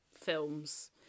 films